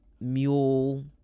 mule